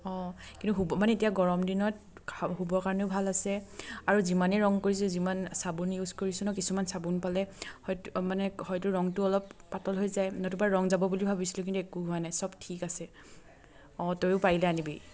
অঁ কিন্তু শুব মানে এতিয়া গৰম দিনত শুবৰ কাৰণেও ভাল আছে আৰু যিমানেই ৰং কৰিছোঁ যিমান চাবোন ইউজ কৰিছোঁ ন কিছুমান চাবোন পালে হয়তো মানে হয়তো ৰংটো অলপ পাতল হৈ যায় নতুবা ৰং যাব বুলি ভাবিছিলোঁ কিন্তু একো হোৱা নাই চব ঠিক আছে অঁ তয়ো পাৰিলে আনিবি